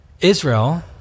Israel